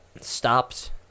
Stopped